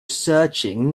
searching